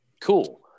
Cool